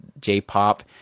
J-pop